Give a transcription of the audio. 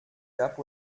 gab